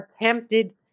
attempted